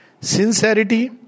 Sincerity